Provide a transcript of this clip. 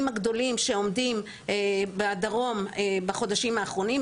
הגדולים שעומדים בדרום בחודשים האחרונים.